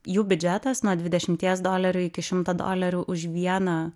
jų biudžetas nuo dvidešimties dolerių iki šimto dolerių už vieną